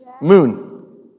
Moon